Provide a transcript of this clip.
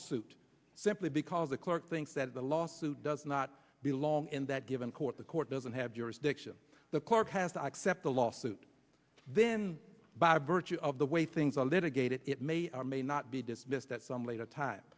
lawsuit simply because the court thinks that the lawsuit does not belong in that given court the court doesn't have jurisdiction the court has to accept the lawsuit then by virtue of the way things are litigated it may or may not be dismissed at some later time